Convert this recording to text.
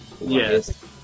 Yes